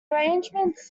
arrangement